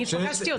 אני פגשתי אותו.